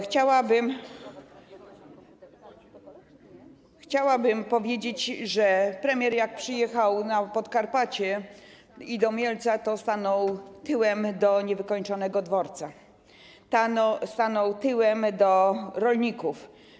Chciałabym powiedzieć, że premier, jak przyjechał na Podkarpacie i do Mielca, to stanął tyłem do niewykończonego dworca, stanął tyłem do rolników.